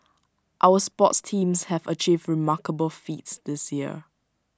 our sports teams have achieved remarkable feats this year